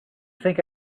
think